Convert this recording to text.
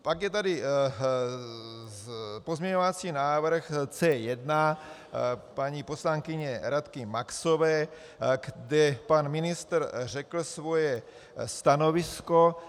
Pak je tady pozměňovací návrh C1 paní poslankyně Radky Maxové, kde pan ministr řekl svoje stanovisko.